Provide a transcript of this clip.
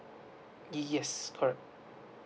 yes correct